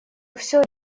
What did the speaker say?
все